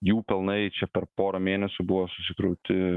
jų pelnai čia per porą mėnesių buvo susikrauti